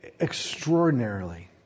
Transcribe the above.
extraordinarily